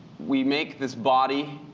we make this body